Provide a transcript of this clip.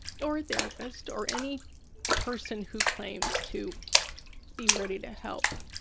or a therapist or any person who claims to be ready to help,